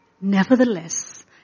nevertheless